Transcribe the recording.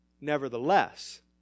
Nevertheless